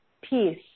peace